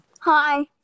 Hi